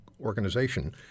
organization